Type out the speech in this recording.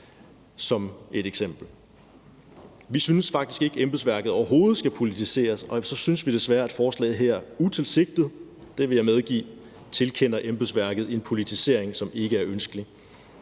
Vi synes faktisk ikke, at embedsværket overhovedet skal politiseres, og så synes vi desværre, at forslaget her utilsigtet, det vil jeg medgive, tilkender embedsværket en politisering, som ikke er ønskelig.